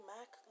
Mac